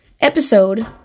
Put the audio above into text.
episode